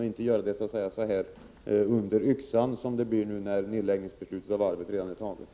Då hade vi inte behövt arbeta så att säga under yxan, som vi måste göra nu när beslutet om nedläggning av varvet redan är fattat.